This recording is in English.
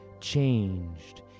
changed